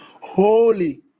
holy